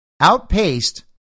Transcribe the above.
outpaced